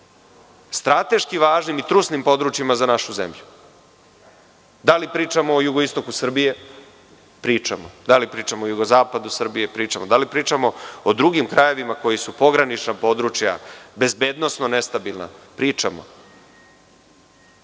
strateški važnim i trusnim područjima za našu zemlju. Da li pričamo o jugoistoku Srbije? Pričamo. Da li pričamo u jugozapadu Srbije? Pričamo. Da li pričamo o drugim krajevima koji su pogranična područja, bezbednosno nestabilna? Pričamo.